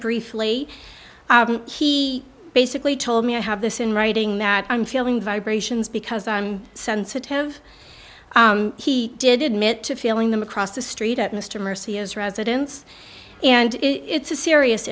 briefly he basically told me i have this in writing that i'm feeling vibrations because i'm sensitive he did admit to feeling them across the street at mr mercds residence and it's a serious